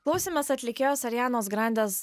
klausėmės atlikėjos arianos grandes